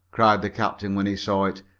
cried the captain, when he saw it.